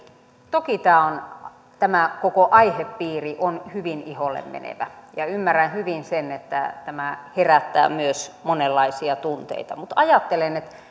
toki tämä koko aihepiiri on hyvin iholle menevä ja ymmärrän hyvin sen että tämä herättää myös monenlaisia tunteita mutta ajattelen että